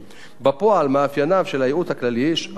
בפועל מאפייניו של הייעוץ הכללי שונים.